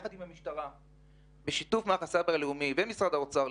יחד עם המשטרה בשיתוף מערך הסייבר הלאומי ומשרד האוצר,